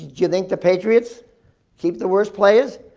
you think the patriots keep the worst players?